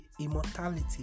immortality